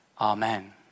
amen